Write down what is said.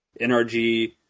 NRG